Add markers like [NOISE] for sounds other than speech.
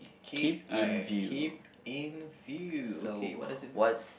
keep I keep in view okay what does it [NOISE]